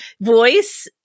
voice